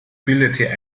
bildete